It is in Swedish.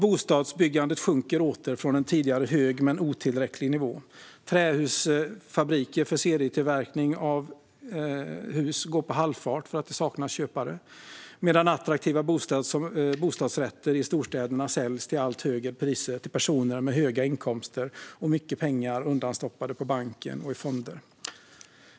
Bostadsbyggandet sjunker åter från en tidigare hög men otillräcklig nivå. Trähusfabriker för serietillverkning av hus går på halvfart för att det saknas köpare medan attraktiva bostadsrätter i storstäderna säljs till allt högre priser till personer med höga inkomster och mycket pengar undanstoppade på banken och i fonder.